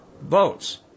votes